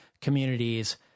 communities